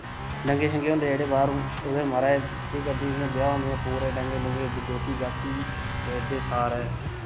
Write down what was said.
डंगे शंगे होंदे जेह्ड़े बाह्र उ'दे माराज केह् करदे जियां ब्याह् होंदे इयां पुरे डंगे डुंगे गोह्ती गाह्ती फेरदे सारें